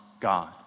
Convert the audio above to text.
God